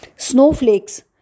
Snowflakes